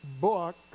book